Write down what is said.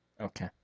Okay